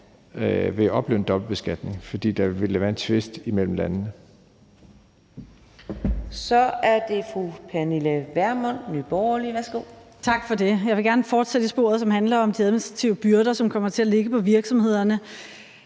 vil opleve en dobbeltbeskatning, fordi der jo vil være en tvist imellem landene.